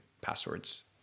passwords